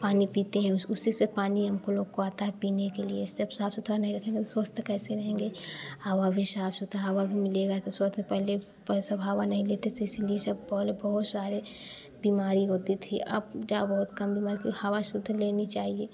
पानी पीते हैं उसी से पानी हमको लोक को आता है पीने के लिए सब साफ़ सुथरा नहीं रखेंगे तो स्वस्थ कैसे रहेंगे हवा भी साफ़ सुथरा हवा भी मिलेगा स्वाथ पहले पैसा भावा नहीं लेते थे इसीलिए जब पहले बहुत सारे बीमारी होती थी अब जो बहुत कम हुआ कि हवा शुद्ध लेनी चाहिए